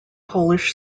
polish